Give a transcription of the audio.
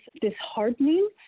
disheartening